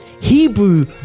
Hebrew